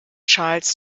charles